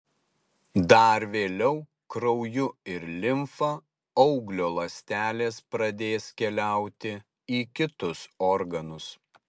dar vėliau krauju ir limfa auglio ląstelės pradės keliauti į kitus organus